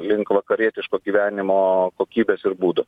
link vakarietiško gyvenimo kokybės ir būdo